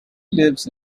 lives